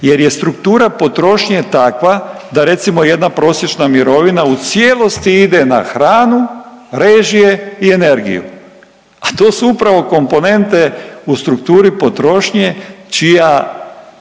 jer je struktura potrošnje takva da recimo, jedna prosječna mirovina u cijelosti ide na hranu, režije i energiju, a to su upravo komponente u strukturi potrošnje čija